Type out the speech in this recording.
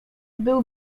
był